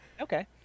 Okay